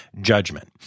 judgment